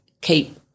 keep